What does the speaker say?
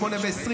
08:20,